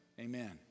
amen